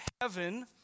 heaven